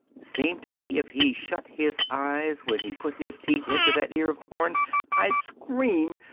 seemed to me if he shut his eyes when he put his teeth into that ear of corn i'd scream.